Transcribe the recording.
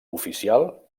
oficial